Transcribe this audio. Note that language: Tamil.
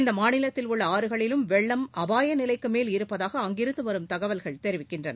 இந்த மாநிலத்தில் உள்ள ஆறுகளிலும் வெள்ளம் அபாய நிலைக்கு மேல் இருப்பதாக அங்கிருந்து வரும் தகவல்கள் தெரிவிக்கின்றன